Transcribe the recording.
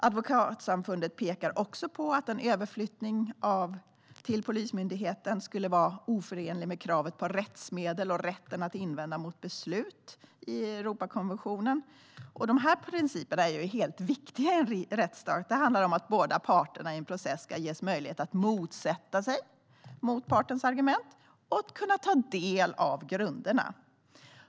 Advokatsamfundet pekar också på att en överflyttning till Polismyndigheten skulle vara oförenlig med Europakonventionens krav på rättsmedel och rätten att invända mot beslut. Dessa principer är viktiga i en rättsstat. De handlar om att båda parterna i en process ska ges möjlighet att motsätta sig motpartens argument och ta del av grunderna.